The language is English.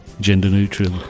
Gender-neutral